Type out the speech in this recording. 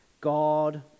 God